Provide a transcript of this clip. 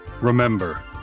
Remember